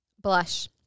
blush